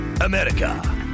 America